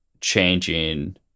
changing